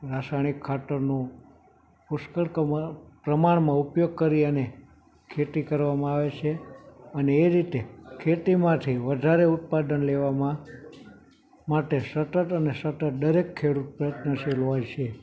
રાસાયણીક ખાતરનો પુષ્ક્ળ કમા પ્રમાણમાં ઉપયોગ કરી અને ખેતી કરવામાં આવે છે અને એ રીતે ખેતીમાંથી વધારે ઉત્પાદન લેવા મા માટે સતત અને સતત દરેક ખેડૂત પ્રયત્નશીલ હોય છે